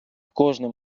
кожним